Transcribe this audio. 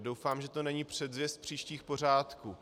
Doufám, že to není předzvěst příštích pořádků.